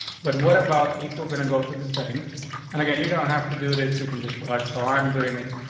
but what about if we're gonna go to the settings and again you don't have to do this. you can just watch how i'm doing it.